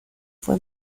fue